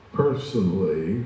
personally